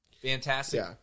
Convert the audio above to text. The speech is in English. Fantastic